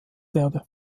werde